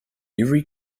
every